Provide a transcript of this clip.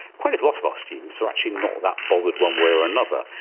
quite a lot of our students are actually not that bothered one way or another,